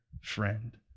friend